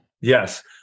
Yes